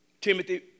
Timothy